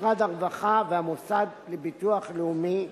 משרד הרווחה והמוסד לביטוח לאומי,